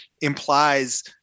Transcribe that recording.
implies